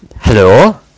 Hello